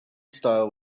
style